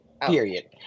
Period